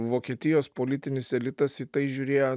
vokietijos politinis elitas į tai žiūrėjo